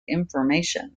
information